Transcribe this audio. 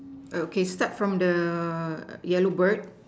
okay start from the yellow bird